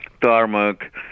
tarmac